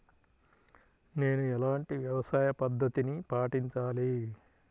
నేను ఎలాంటి వ్యవసాయ పద్ధతిని పాటించాలి?